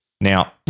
Now